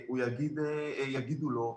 יגידו לו,